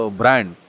brand